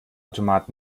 automat